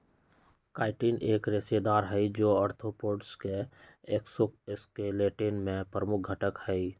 chitin एक रेशेदार हई, जो आर्थ्रोपोड्स के एक्सोस्केलेटन में प्रमुख घटक हई